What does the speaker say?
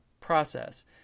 process